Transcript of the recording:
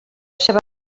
seva